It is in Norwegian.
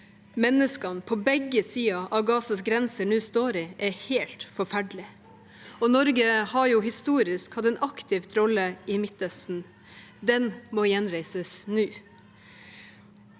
menneskene på begge sider av Gazas grenser nå står i, er helt forferdelig. Norge har historisk hatt en aktiv rolle i Midtøsten. Den må gjenreises nå.